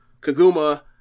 Kaguma